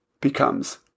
becomes